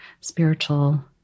spiritual